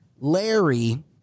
Larry